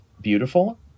beautiful